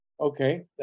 Okay